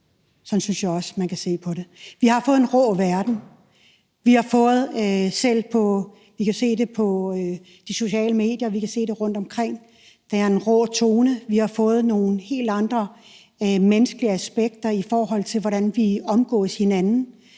Sådan synes jeg også man kan se på det. Vi har fået en rå verden. Vi kan se det på de sociale medier, vi kan se det rundtomkring, at der er en rå tone. Vi har fået nogle helt andre menneskelige aspekter, i forhold til hvordan vi omgås hinanden.